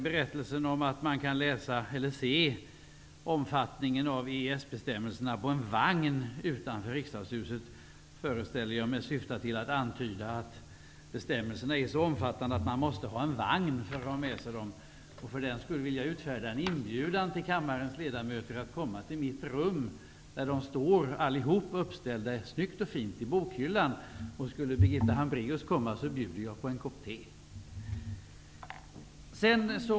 Berättelsen om att man kan se omfattningen av EES bestämmelserna på en vagn utanför riksdagshuset föreställer jag mig syftar till att antyda att bestämmelserna är så omfattande att man måste ha en vagn för att ha dem med sig. Jag vill därför utfärda en inbjudan till kammarens ledamöter att komma till mitt rum, där bestämmelserna allihop snyggt och fint står uppställda i bokhyllan. Om Birgitta Hambraeus kommer bjuder jag på en kopp te.